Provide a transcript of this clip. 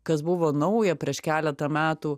kas buvo nauja prieš keletą metų